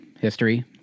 history